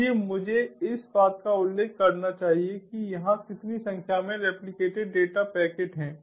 इसलिए मुझे इस बात का उल्लेख करना चाहिए कि यहां कितनी संख्या में रेप्लिकेटेड डेटा पैकेट हैं